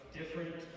different